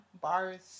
Bars